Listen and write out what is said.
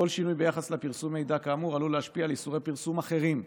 כל שינוי ביחס לפרסום מידע כאמור עלול להשפיע על איסורי פרסום אחרים,